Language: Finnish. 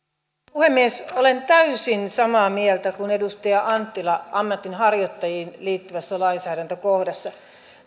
puhemies olen täysin samaa mieltä kuin edustaja anttila ammatinharjoittajiin liittyvässä lainsäädäntökohdassa